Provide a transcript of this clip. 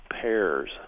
pairs